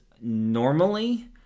normally